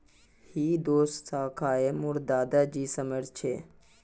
यह दो शाखए मोर दादा जी समयर छे